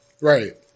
Right